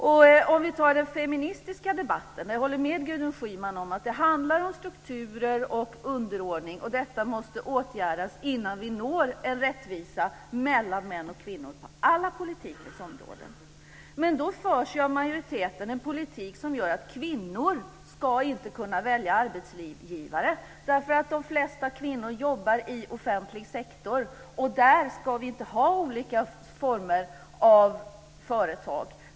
När det gäller den feministiska debatten håller jag med Gudrun Schyman om att det handlar om strukturer och underordning och att detta måste åtgärdas innan vi kan nå en rättvisa mellan män och kvinnor på alla politikens områden. Men nu förs ju av majoriteten en politik som gör att kvinnor inte ska kunna välja arbetsgivare, därför att de flesta kvinnor jobbar i offentlig sektor och där ska vi inte ha olika former av företag.